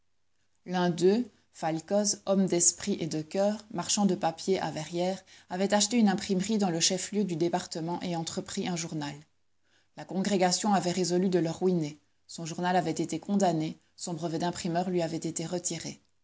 l'un d'eux falcoz homme d'esprit et de coeur marchand de papier à verrières avait acheté une imprimerie dans le chef-lieu du département et entrepris un journal la congrégation avait résolu de le ruiner son journal avait été condamné son brevet d'imprimeur lui avait été retiré